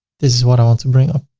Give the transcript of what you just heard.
this is what i want to bring up